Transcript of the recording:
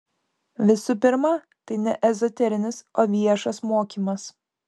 visų pirma tai ne ezoterinis o viešas mokymas